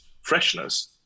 freshness